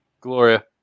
Gloria